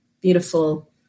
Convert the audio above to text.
beautiful